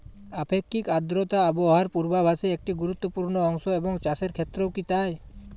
আপেক্ষিক আর্দ্রতা আবহাওয়া পূর্বভাসে একটি গুরুত্বপূর্ণ অংশ এবং চাষের ক্ষেত্রেও কি তাই?